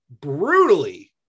brutally